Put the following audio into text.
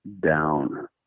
down